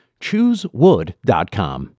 Choosewood.com